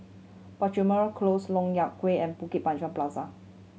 Penjuru Close Lok Yang Way and Bukit Panjang Plaza